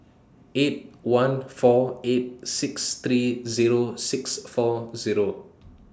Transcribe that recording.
eight one four eight six three Zero six four Zero